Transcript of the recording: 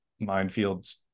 minefields